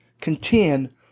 contend